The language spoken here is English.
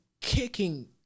kicking